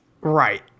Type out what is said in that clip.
Right